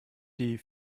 die